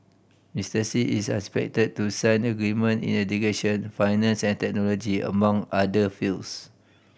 Mister Xi is expected to sign agreement in education finance and technology among other fields